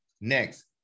next